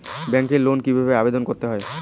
ব্যাংকে লোন কিভাবে আবেদন করতে হয়?